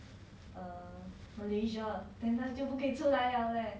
err malaysia then 他就不可以出来 liao leh